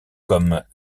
comme